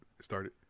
Started